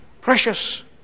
precious